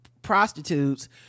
prostitutes